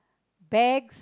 bags